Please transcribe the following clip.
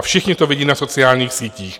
A všichni to vidí na sociálních sítích.